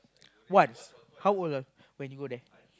once how old ah when you go there